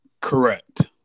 Correct